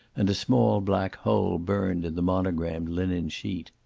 and a small black hole burned in the monogrammed linen sheet.